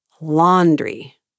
Laundry